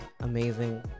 amazing